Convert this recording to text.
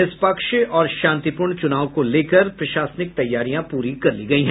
निष्पक्ष और शांतिपूर्ण चुनाव को लेकर प्रशासनिक तैयारियां पूरी कर ली गयी है